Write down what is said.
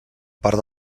part